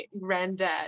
granddad